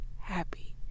happy